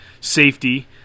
safety